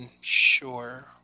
sure